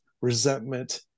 resentment